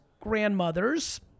grandmother's